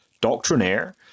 doctrinaire